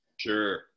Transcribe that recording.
Sure